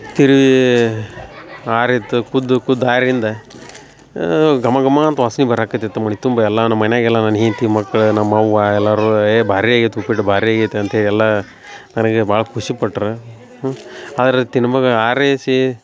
ತಿರ್ವಿ ಆರಿತ್ತು ಕುದ್ದು ಕುದ್ದು ಆರಿಂದ ಘಮ ಘಮ ಅಂತ ವಾಸ್ನೆ ಬರಾಕತ್ತಿತ್ತು ಮನೆ ತುಂಬ ಎಲ್ಲಾ ನಮ್ಮ ಮನ್ಯಾಗೆಲ್ಲ ನನ್ನ ಹೆಂಡತಿ ಮಕ್ಳು ನಮ್ಮವ್ವ ಎಲ್ಲರು ಏ ಭಾರಿ ಆಗೈತೆ ಉಪ್ಪಿಟ್ಟು ಭಾರಿ ಆಗೈತೆ ಅಂತೇಳಿ ಎಲ್ಲಾ ನನಗೆ ಭಾಳ ಖುಷಿಪಟ್ರ ಆದ್ರ ತಿನ್ಬೇಕು ಆರಿಸಿ